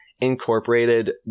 incorporated